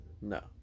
No